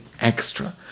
extra